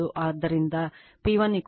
ಆದ್ದರಿಂದ P1 980